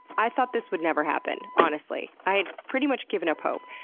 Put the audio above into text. i thought this would never happen. honestly. i'd pretty much given up hope,